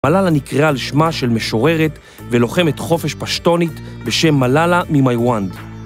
מלאלה נקרא על שמה של משוררת ולוחמת חופש פשטונית בשם מלאלה ממיואנד.